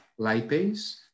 lipase